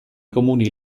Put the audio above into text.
comuni